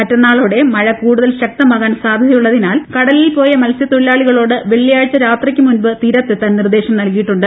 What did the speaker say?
മറ്റന്നാളോടെ മഴ കൂടുതൽ ശക്തമാകാൻ സാധ്യതയുള്ളതിനാൽ കടലിൽ പോയ മത്സ്യത്തൊഴിലാളികളോട് വെള്ളിയാഴ്ച രാത്രിയ്ക്ക് മുൻപ് തീരത്തെത്താൻ നിർദേശം നൽകിയിട്ടുണ്ട്